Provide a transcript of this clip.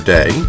Day